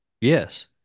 Yes